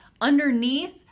underneath